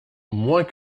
moins